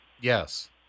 Yes